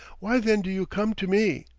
why, then, do you come to me?